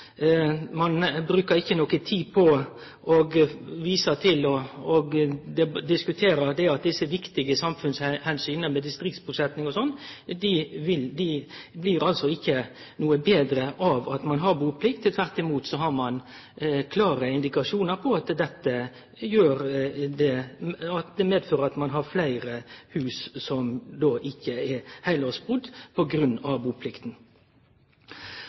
Ein bruker ikkje noko tid på å vise til og diskutere at desse viktige samfunnsomsyna med distriktsbusetjing og slikt ikkje blir noko betre av at ein har buplikt. Tvert imot har ein klare indikasjonar på at det medfører at ein har fleire hus som ikkje er heilårsbustader på grunn av buplikta.